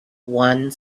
one